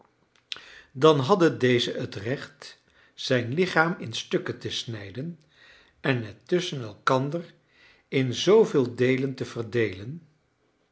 dan hadden dezen het recht zijn lichaam in stukken te snijden en het tusschen elkander in zooveel deelen te verdeelen